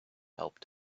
helped